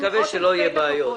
נקווה שלא יהיו בעיות.